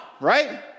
right